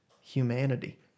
humanity